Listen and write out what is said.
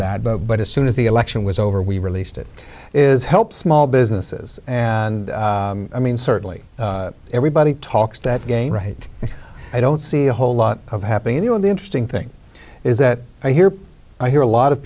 that but as soon as the election was over we released it is help small businesses and i mean certainly everybody talks that again right i don't see a whole lot of happening you know the interesting thing is that i hear i hear a lot of